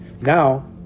Now